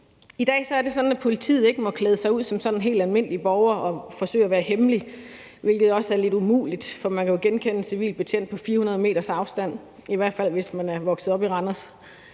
I dag er det sådan, at politiet ikke må klæde sig ud som sådan helt almindelige borgere og forsøge at være hemmelige, hvilket også er lidt umuligt, for man kan jo genkende en civil betjent på 400 m afstand, i hvert fald hvis man er vokset op i Randers.